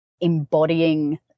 embodying